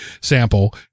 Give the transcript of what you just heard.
sample